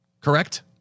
Correct